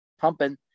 pumping